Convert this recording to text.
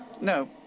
no